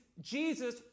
Jesus